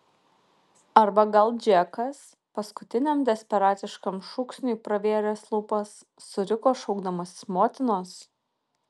arba gal džekas paskutiniam desperatiškam šūksniui pravėręs lūpas suriko šaukdamasis motinos